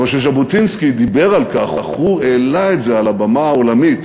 אבל כשז'בוטינסקי דיבר על כך הוא העלה על הבמה העולמית